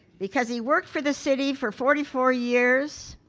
because he worked for the city for forty four years,